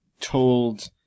told